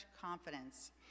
confidence